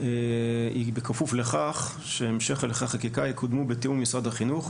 היא בכפוף לכך שהמשך הליכי החקיקה יקודמו בתיאום עם משרד החינוך,